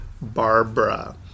Barbara